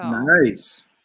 Nice